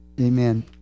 Amen